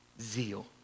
zeal